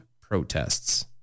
protests